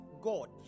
God